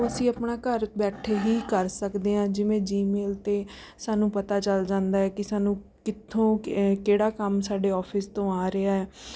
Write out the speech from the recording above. ਉਹ ਅਸੀਂ ਆਪਣਾ ਘਰ ਬੈਠੇ ਹੀ ਕਰ ਸਕਦੇ ਹਾਂ ਜਿਵੇਂ ਜੀਮੇਲ 'ਤੇ ਸਾਨੂੰ ਪਤਾ ਚਲ ਜਾਂਦਾ ਹੈ ਕਿ ਸਾਨੂੰ ਕਿਥੋਂ ਕ ਕਿਹੜਾ ਕੰਮ ਸਾਡੇ ਆਫ਼ਿਸ ਤੋਂ ਆ ਰਿਹਾ ਹੈ